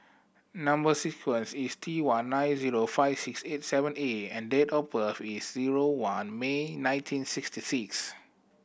number sequence is T one nine zero five six eight seven A and date of birth is zero one May nineteen sixty six